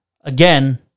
again